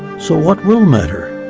so what will matter?